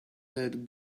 that